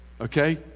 okay